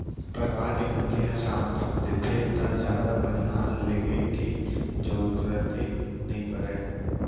परवार के मनखे ह साथ देथे त जादा बनिहार लेगे के जरूरते नइ परय